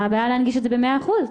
מה הבעיה להנגיש את זה במאה אחוז?